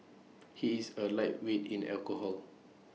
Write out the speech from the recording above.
he is A lightweight in alcohol